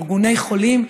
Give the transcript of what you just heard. ארגוני חולים.